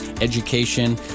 education